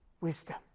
wisdom